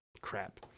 crap